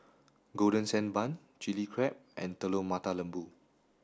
golden sand bun chilli crab and Telur Mata Lembu